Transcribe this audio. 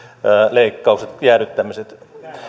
leik kaukset jäädyttämiset